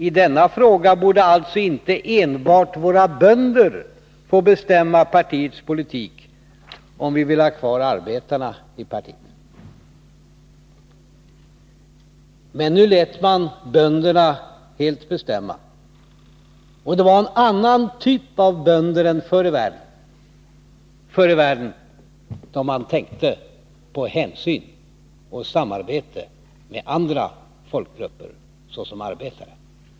I denna fråga borde alltså inte enbart våra bönder få bestämma partiets politik, om vi vill ha arbetarna kvar i partiet.” Men nu lät man bönderna helt bestämma. Det är en annan typ av bönder än förr i världen, då man tänkte på hänsyn till och samarbete med andra grupper, såsom arbetarna.